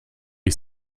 ich